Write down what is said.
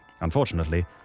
Unfortunately